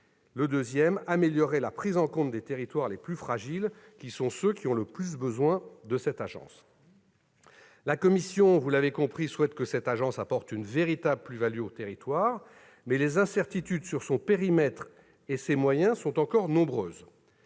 de l'agence ; améliorer la prise en compte des territoires les plus fragiles, qui sont ceux qui ont aussi le plus besoin de cette agence. La commission souhaite que cette agence apporte une véritable plus-value aux territoires, mais les incertitudes sur son périmètre et sur ses moyens sont encore nombreuses.